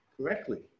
correctly